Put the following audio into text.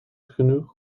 genoeg